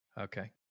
Okay